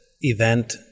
event